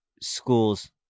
schools